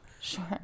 Sure